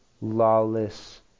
lawless